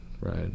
right